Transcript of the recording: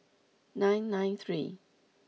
nine nine three